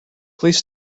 please